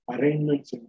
arrangements